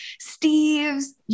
Steve's